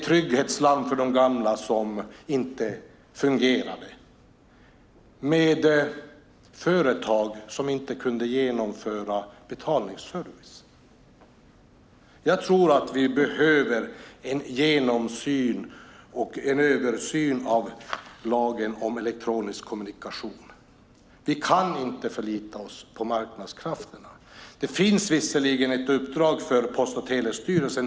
Trygghetslarm för de gamla fungerade inte. Företag kunde inte genomföra betalningsservice. Jag tror att det behövs en översyn av lagen om elektronisk kommunikation. Vi kan inte förlita oss på marknadskrafterna. Visserligen finns det ett uppdrag för Post och telestyrelsen.